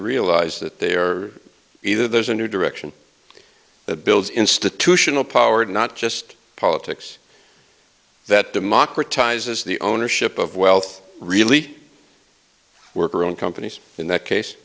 realize that they are either there's a new direction that builds institutional power and not just politics that democratize is the ownership of wealth really work or own companies in that case